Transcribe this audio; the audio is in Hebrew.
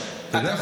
אתה יודע,